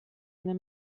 eine